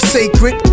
sacred